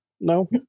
No